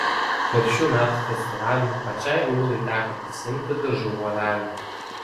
per šių metų festivalį pačiai ūlai teko pasiimti dažų volelį